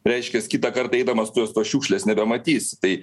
reiškias kitą kartą eidamas tuos tos šiukšlės nebematys tai